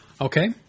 Okay